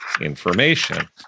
information